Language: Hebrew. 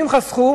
אנשים חסכו,